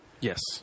Yes